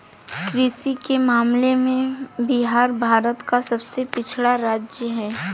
कृषि के मामले में बिहार भारत का सबसे पिछड़ा राज्य है